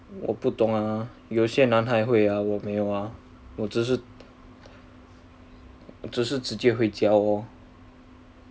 我不懂啊有些男孩会啊我没有啊我只是我只是直接回家咯